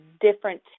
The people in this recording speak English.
different